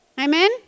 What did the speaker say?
Amen